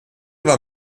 war